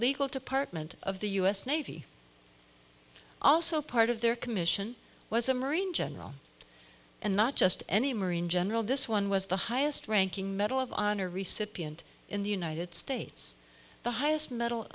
legal department of the u s navy also part of their commission was a marine general and not just any marine general this one was the highest ranking medal of honor recipient in the united states the highest medal